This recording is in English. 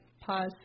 pause